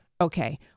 Okay